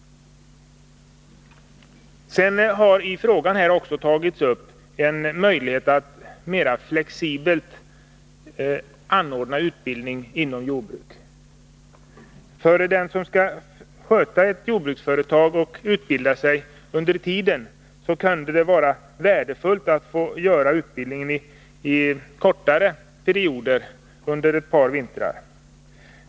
I interpellationen berörs också möjligheten att anordna en mera flexibel utbildning inom jordbruket. För den som skall sköta ett jordbruksföretag och utbilda sig under tiden kunde det vara värdefullt att få göra utbildningen i kortare perioder under ett par vintrar.